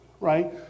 right